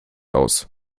aus